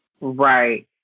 right